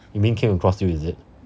you mean came across you is it